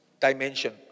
dimension